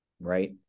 right